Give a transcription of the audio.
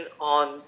on